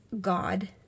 God